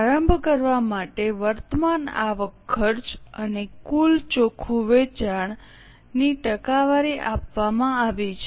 પ્રારંભ કરવા માટે વર્તમાન આવક ખર્ચ અને કુલ ચોખ્ખું વેચાણ ની ટકાવારી આપવામાં આવી છે